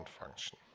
function